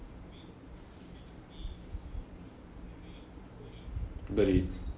buried